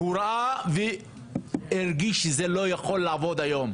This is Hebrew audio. כי הוא ראה והרגיש שזה לא יכול לעבוד היום,